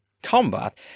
combat